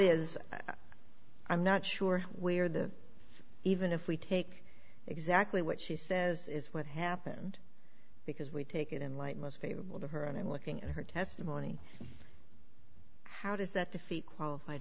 that is i'm not sure where the even if we take exactly what she says is what happened because we take it in light most favorable to her and i'm looking at her testimony how does that defeat qualified